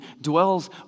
dwells